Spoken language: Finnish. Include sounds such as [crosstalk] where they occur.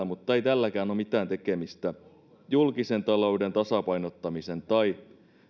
[unintelligible] mutta ei tälläkään ole mitään tekemistä julkisen talouden tasapainottamisen tai